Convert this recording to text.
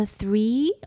three